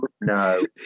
no